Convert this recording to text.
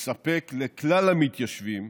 לספק לכלל המתיישבים,